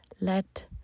Let